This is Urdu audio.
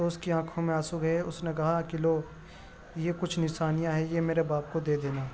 تو اس کی آنکھوں میں آنسو گئے اس نے کہا کہ لو یہ کچھ نشانیاں ہیں یہ میرے باپ کو دے دینا